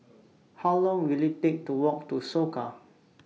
How Long Will IT Take to Walk to Soka